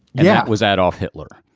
yeah. was that off hitler?